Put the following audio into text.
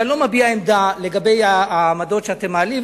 ואני לא מביע עמדה על העמדות שאתם מעלים,